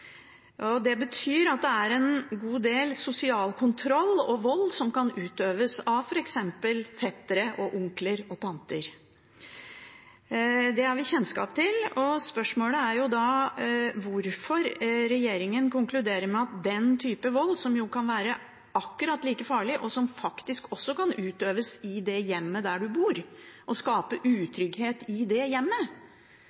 sted. Det betyr at det er en god del sosial kontroll og vold som utøves av f.eks. fettere, onkler og tanter. Det har vi kjennskap til, og spørsmålet er da: Hvorfor konkluderer regjeringen med at denne typen vold, som jo kan være akkurat like farlig, og som også kan utøves i hjemmet der en bor, og skape